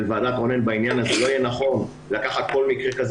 של ועדת רונן בעניין זה לא יהיה נכון לקחת כל מקרה בנושא